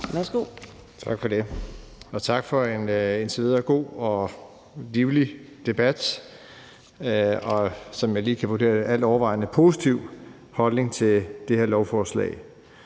Tak for det, og tak for en indtil videre god og livlig debat og en, sådan som jeg lige kan vurdere det, altovervejende positiv holdning til det her lovforslag,